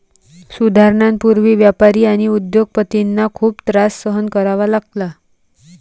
सुधारणांपूर्वी व्यापारी आणि उद्योग पतींना खूप त्रास सहन करावा लागला